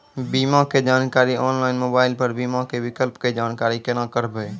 बीमा के जानकारी ऑनलाइन मोबाइल पर बीमा के विकल्प के जानकारी केना करभै?